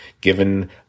given